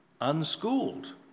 unschooled